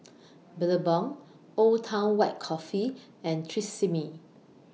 Billabong Old Town White Coffee and Tresemme